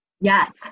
yes